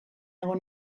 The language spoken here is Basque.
egon